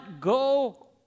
go